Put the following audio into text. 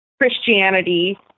Christianity